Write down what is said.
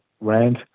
rant